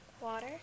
Water